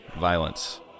violence